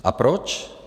A proč?